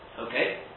Okay